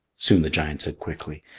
soon the giant said quickly,